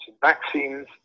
vaccines